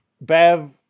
Bev